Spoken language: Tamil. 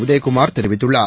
உதயகுமார் தெரிவித்துள்ளார்